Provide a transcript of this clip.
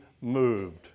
moved